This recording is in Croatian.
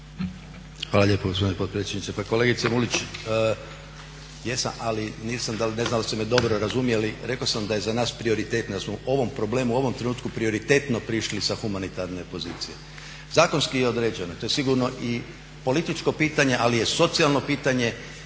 Hvala lijepo gospodine potpredsjedniče. Pa kolegice Mulić, ne znam da li ste me dobro razumjeli, rekao sam da je za nas prioritet, da smo o ovom problemu u ovom trenutku prioritetno prišli sa humanitarne pozicije. Zakonski je određeno, to je sigurno i političko pitanje, ali je i socijalno pitanje